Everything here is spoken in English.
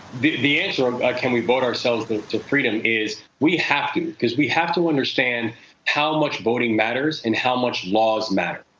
the the answer of can we vote ourselves to freedom is we have to. cause we have to understand how much voting matters and how much laws matter.